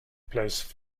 place